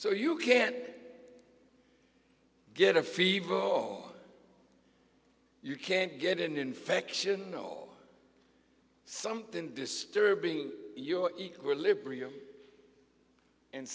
so you can get a fever or you can get an infection or something disturbing your equilibrium and